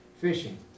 fishing